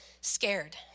scared